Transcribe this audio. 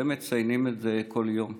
אבל הם מציינים את זה כל יום.